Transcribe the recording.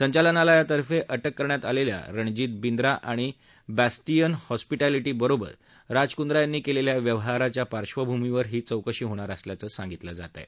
संचालनालयातर्फे अटक करण्यात आलेल्या रणजित बिंद्रा आणि बॅस्टिअन हॉस्पिटॅलिटी बरोबर राज कुंद्रा यांनी केलेल्या व्यवहाराच्या पार्श्वभूमीवर ही चौकशी होणार असल्याच सांगितलं जात आहे